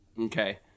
Okay